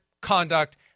conduct